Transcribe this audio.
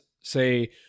say